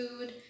food